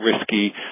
risky